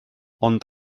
ond